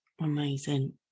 amazing